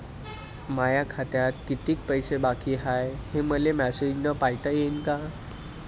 माया खात्यात कितीक पैसे बाकी हाय, हे मले मॅसेजन पायता येईन का?